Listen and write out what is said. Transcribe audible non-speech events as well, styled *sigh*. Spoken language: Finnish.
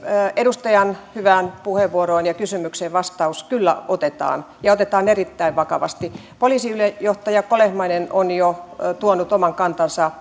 edustajan hyvään puheenvuoroon ja kysymykseen vastaus kyllä otetaan ja otetaan erittäin vakavasti poliisiylijohtaja kolehmainen on jo tuonut oman kantansa *unintelligible*